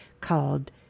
called